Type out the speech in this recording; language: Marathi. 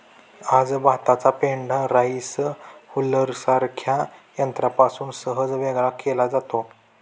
आज भाताचा पेंढा राईस हुलरसारख्या यंत्रापासून सहज वेगळा केला जातो